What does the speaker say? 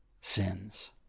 sins